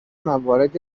موارد